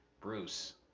Bruce